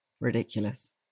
ridiculous